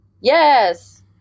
yes